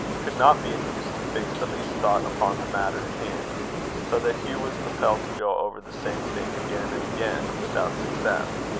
could not be induced to fix the least thought upon the matter in hand so that hugh was compelled to go over the same thing again and again, without success.